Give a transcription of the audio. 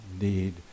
need